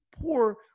poor